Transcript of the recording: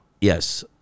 Yes